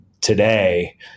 today